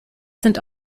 sind